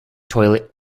toilet